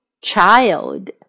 Child